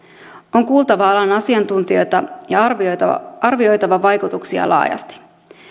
on kuultava alan asiantuntijoita ja arvioitava arvioitava vaikutuksia laajasti